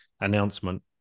announcement